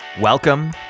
Welcome